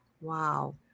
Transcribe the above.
wow